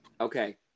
Okay